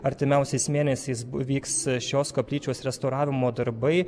artimiausiais mėnesiais vyks šios koplyčios restauravimo darbai